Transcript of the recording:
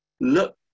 look